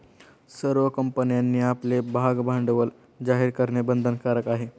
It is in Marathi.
सर्व कंपन्यांनी आपले भागभांडवल जाहीर करणे बंधनकारक आहे